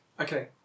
Okay